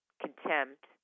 contempt